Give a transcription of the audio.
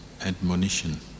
admonition